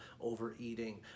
overeating